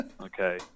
Okay